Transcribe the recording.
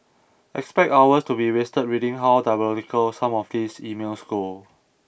expect hours to be wasted reading how diabolical some of these emails go